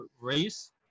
race